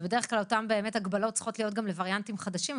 בדרך כלל אותן הגבלות באמת צריכות להיות גם לווריאנטים חדשים,